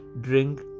Drink